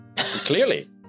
clearly